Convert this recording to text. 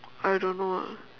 I don't know ah